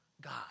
God